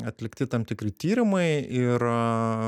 atlikti tam tikri tyrimai ir